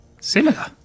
similar